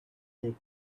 dick